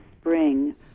spring